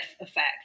effect